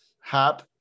Hap